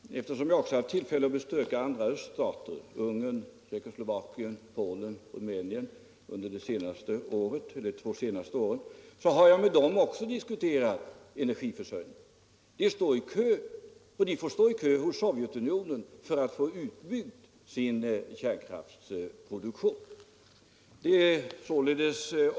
Herr talman! Eftersom jag har haft tillfälle att besöka öststater — Ungern, Tjeckoslovakien, Polen, Rumänien — under de två senaste åren har jag också där diskuterat energiförsörjningen. De står i kö hos Sovjet unionen för att få sin kärnkraftsproduktion utbyggd.